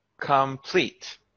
complete